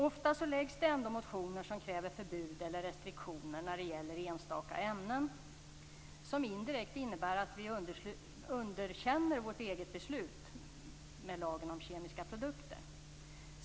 Ofta väcks det ändå motioner där man kräver förbud eller restriktioner när det gäller enstaka ämnen, vilket indirekt innebär att man underkänner vårt eget beslut om lagen om kemiska produkter.